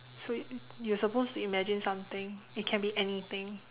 so you you're supposed to imagine something it can be anything